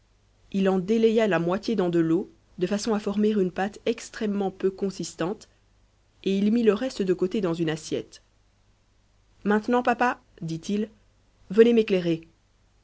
il en délaya la moitié dans de l'eau de façon à former une pâte extrêmement peu consistante et il mit le reste de côté dans une assiette maintenant papa dit-il venez m'éclairer